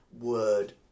word